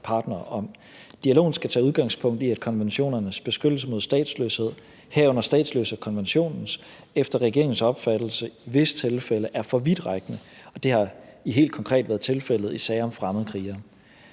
partnere om. Dialogen skal tage udgangspunkt i, at konventionernes beskyttelse mod statsløshed, herunder statsløsekonventionens, efter regeringens opfattelse i visse tilfælde er for vidtrækkende. Det har helt konkret været tilfældet i sager om fremmedkrigere.